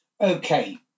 Okay